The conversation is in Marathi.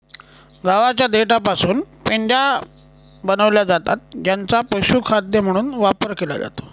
गव्हाच्या देठापासून पेंढ्या बनविल्या जातात ज्यांचा पशुखाद्य म्हणून वापर केला जातो